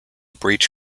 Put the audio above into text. breech